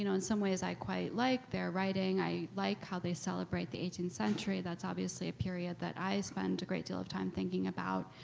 you know in some ways i quite like their writing. i like how they celebrate the eighteenth century. that's obviously a period that i spend a great deal of time thinking about.